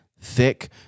thick